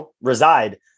reside